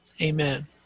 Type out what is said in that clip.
amen